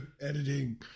Editing